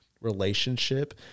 relationship